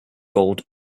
gold